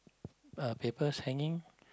uh papers hanging